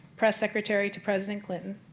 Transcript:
press secretary to president clinton,